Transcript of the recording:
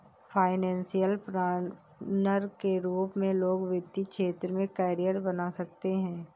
financial planner के रूप में लोग वित्तीय क्षेत्र में करियर बना सकते हैं